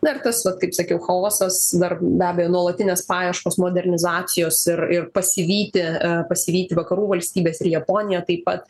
na ir tas vat kaip sakiau chaosas dar davė nuolatines paieškas modernizacijos ir ir pasivyti pasivyti vakarų valstybes ir japoniją taip pat